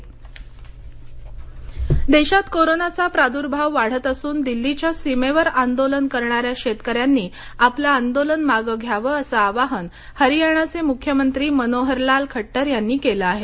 मनोहरलाल खट्टर देशात कोरोनाचा प्रादुर्भाव वाढत असून दिल्लीच्या सीमेवर आंदोलन करणाऱ्या शेतकऱ्यांनी आपलं आंदोलन मागे घ्यावं असं आवाहन हरीयाणाचे मुख्यमंत्री मनोहरलाल खड्टर यांनी केलं आहे